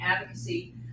advocacy